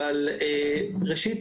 אבל ראשית,